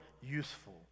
useful